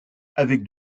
avec